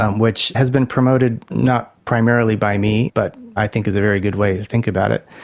um which has been promoted not primarily by me but i think is a very good way to think about it.